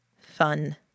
Fun